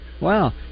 Wow